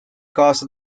kaasa